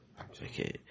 Okay